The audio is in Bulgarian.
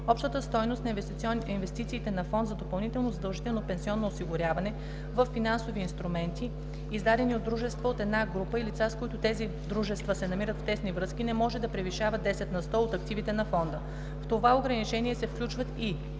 Общата стойност на инвестициите на фонд за допълнително задължително пенсионно осигуряване във финансови инструменти, издадени от дружества от една група и лицата, с които тези дружества се намират в тесни връзки, не може да превишава 10 на сто от активите на фонда. В това ограничение се включват и: